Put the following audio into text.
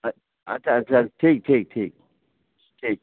अच्छा अच्छा ठीक ठीक ठीक ठीक